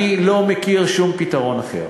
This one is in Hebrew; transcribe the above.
אני לא מכיר שום פתרון אחר,